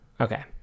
okay